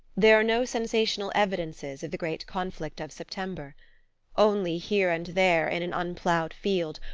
there are no sensational evidences of the great conflict of september only, here and there, in an unploughed field,